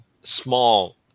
small